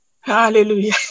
Hallelujah